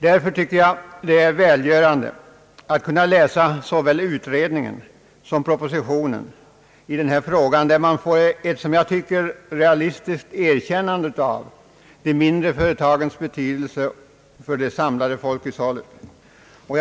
Därför tycker jag att det är välgörande att läsa såväl utredningens betänkande som propositionen. Man får där ett realistiskt erkännande av de mindre företagens insatser och betydelse för det samlade folkhushållet.